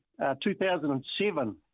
2007